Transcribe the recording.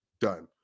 done